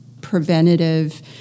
preventative